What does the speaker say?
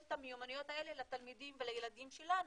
את המיומנויות האלה לתלמידים ולילדים שלנו.